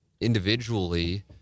individually